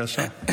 בבקשה.